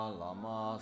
lama